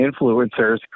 influencers